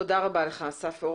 תודה, אסף.